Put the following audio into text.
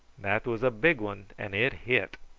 that was a big one, and it hit.